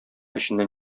эченнән